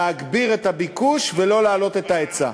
להגביר את הביקוש ולא להעלות את ההיצע.